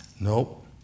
Nope